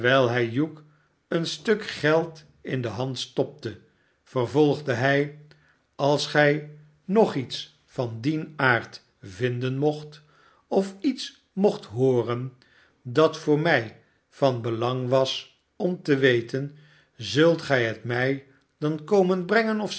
terwijl hij hugh een stuk geld in de hand stopte vervolgde hij als gij nog iets van dien aard vinden mocht of iets mocht hooren dat voor mij van belang was om te weten zult gij het mij dan komen brengen of